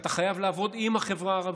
שאתה חייב לעבוד עם החברה הערבית,